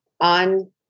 on